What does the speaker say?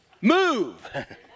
Move